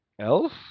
elf